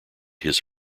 his